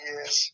Yes